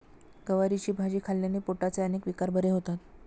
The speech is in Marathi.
गवारीची भाजी खाल्ल्याने पोटाचे अनेक विकार बरे होतात